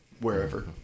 wherever